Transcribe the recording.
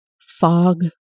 fog